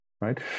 right